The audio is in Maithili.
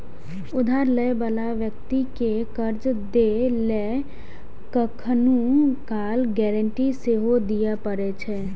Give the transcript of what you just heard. उधार लै बला व्यक्ति कें कर्ज दै लेल कखनहुं काल गारंटी सेहो दियै पड़ै छै